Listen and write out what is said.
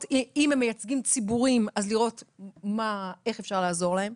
אם הם מייצגים ציבורים לראות איך אפשר לעזור להם,